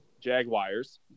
Jaguars